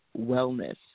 wellness